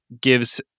gives